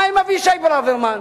מה עם אבישי ברוורמן,